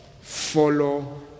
Follow